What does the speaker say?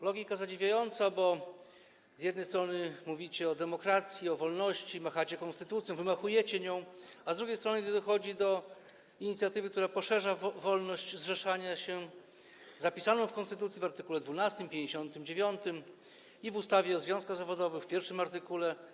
Logika zadziwiająca, bo z jednej strony mówicie o demokracji, o wolności, machacie konstytucją, wymachujecie nią, a z drugiej strony nie dochodzi do inicjatywy, która poszerza wolność zrzeszania się zapisaną w konstytucji w art. 12 i 59, a także w ustawie o związkach zawodowych, w art. 1.